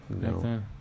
No